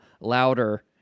louder